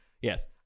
Yes